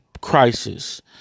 crisis